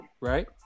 Right